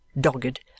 dogged